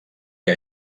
que